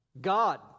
God